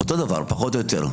אותו דבר, פחות או יותר.